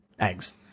Eggs